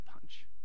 punch